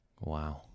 wow